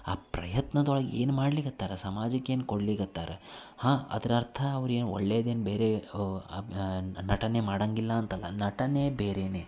ಆ ಪ್ರಯತ್ನದೊಳಗೆ ಏನು ಮಾಡಲಿಕತ್ತಾರ ಸಮಾಜಕ್ಕೆ ಏನು ಕೊಡಲಿಕತ್ತಾರ ಹಾಂ ಅದ್ರ ಅರ್ಥ ಅವ್ರೇನು ಒಳ್ಳೇದೇನೂ ಬೇರೆ ನಟನೆ ಮಾಡಂಗಿಲ್ಲ ಅಂತಲ್ಲ ನಟನೆ ಬೇರೆಯೇ